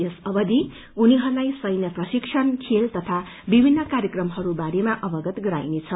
यस अवधि उनीहस्लाई सैन्य प्रशिक्षण खेल तथा विभिन्न कार्यक्रमहरूको वारेमा अवगत गराइनेछ